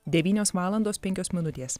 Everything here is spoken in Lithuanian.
devynios valandos penkios minutės